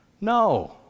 No